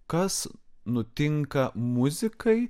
kas nutinka muzikai